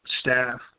staff